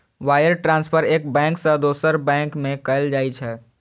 wire transfer एक bank सं दोसर बैंक में कैल जाइ छै